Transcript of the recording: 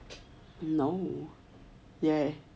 no yeah